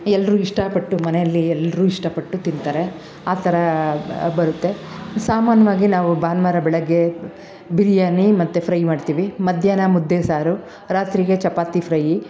ಎಲ್ಲರೂ ಇಷ್ಟಪಟ್ಟು ಮನೆಯಲ್ಲಿ ಎಲ್ಲರೂ ಇಷ್ಟಪಟ್ಟು ತಿಂತಾರೆ ಆ ಥರ ಬರುತ್ತೆ ಸಾಮಾನ್ಯವಾಗಿ ನಾವು ಭಾನುವಾರ ಬೆಳಗ್ಗೆ ಬಿರಿಯಾನಿ ಮತ್ತು ಫ್ರೈ ಮಾಡ್ತೀವಿ ಮಧ್ಯಾಹ್ನ ಮುದ್ದೆ ಸಾರು ರಾತ್ರಿಗೆ ಚಪಾತಿ ಫ್ರೈಯಿ